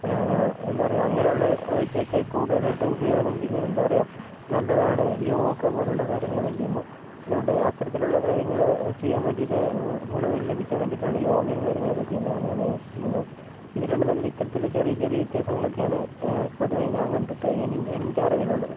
എന്താ പറയുക അങ്ങനെയുള്ളവയ്ക്കൊക്കെ കൂടുതലായിട്ടും ഉപയോഗം എന്താ പറയുക നല്ലതാണു യോഗപോലുള്ള കാര്യങ്ങളൊക്കെ ചെയ്യുമ്പോൾ അതുകൊണ്ട് അത്തരത്തിലുള്ള കാര്യങ്ങൾ ചെയ്യാൻ വേണ്ടിയിട്ട് ഗുണങ്ങൾ ലഭിക്കാൻ വേണ്ടിയിട്ടാണ് യോഗയും കാര്യങ്ങളൊക്കെ ചെയ്യുന്നതെന്നാണ് ഞാൻ വിശ്വസിക്കുന്നത് ഇത് രണ്ടും തമ്മിൽ ഇത്തരത്തിലുള്ള ചെറിയ ചെറിയ വ്യത്യാസങ്ങളൊക്കെയാണ് പൊതുവെ ഞാൻ കണ്ടിട്ട് എൻ്റെ അറിവിലുള്ളത്